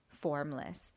formless